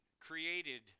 Created